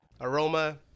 aroma